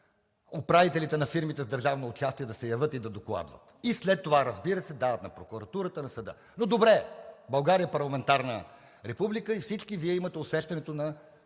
управителите на фирмите с държавно участие да се явят и да докладват и след това, разбира се, дават на прокуратурата, на съда. Но добре, България е парламентарна република и всички Вие имате усещането за